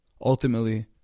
Ultimately